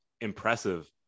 impressive